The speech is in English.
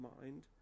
mind